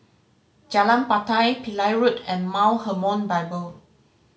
Jalan Batai Pillai Road and Mount Hermon Bible